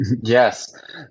Yes